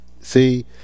see